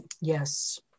Yes